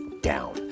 down